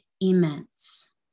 immense